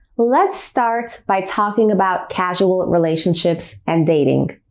let's start by talking about casual relationships and dating.